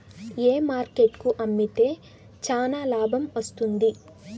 ఏ market కు అమ్మితే చానా లాభం వస్తుంది?